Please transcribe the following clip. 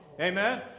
Amen